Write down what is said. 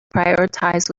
prioritize